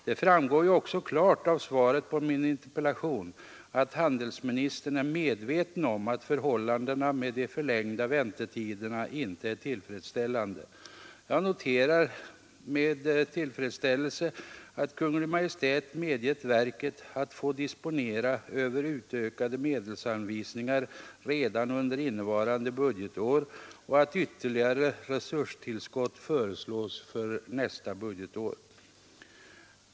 Det framgår ju också klart av svaret på min interpellation att handelsministern är medveten om att förhållandena med de förlängda väntetiderna inte är tillfredsställande. Jag noterar som en positiv sak att Kungl. Maj:t medgivit verket att få disponera över utökade medelsanvisningar redan under innevarande budgetår och att ytterligare resurstillskott föreslås för nästa budgetår.